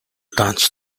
даанч